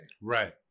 Right